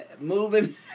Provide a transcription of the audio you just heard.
moving